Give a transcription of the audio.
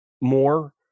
more